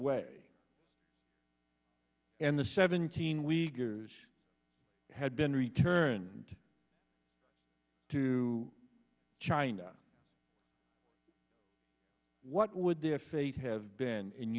way and the seventeen we had been returned to china what would their fate have been